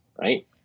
right